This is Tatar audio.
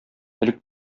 элек